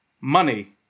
money